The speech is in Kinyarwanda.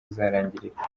izarangirira